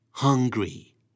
Hungry